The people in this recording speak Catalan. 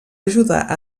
ajudar